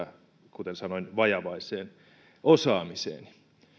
kuten sanoin vajavaiseen osaamiseeni